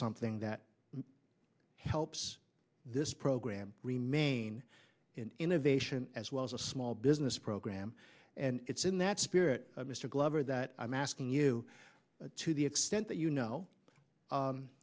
something that helps this program remain in innovation as well as a small business program and it's in that spirit mr glover that i'm asking you to the extent that you know